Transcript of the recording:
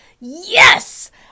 Yes